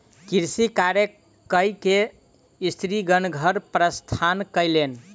कृषि कार्य कय के स्त्रीगण घर प्रस्थान कयलैन